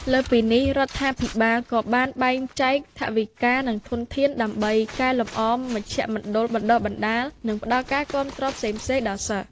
លើសពីនេះ រដ្ឋាភិបាលក៏បានបែងចែកថវិកា និងធនធានដើម្បីកែលម្អមជ្ឈមណ្ឌលបណ្តុះបណ្តាល និងផ្តល់ការគាំទ្រផ្សេងៗដល់សិស្ស។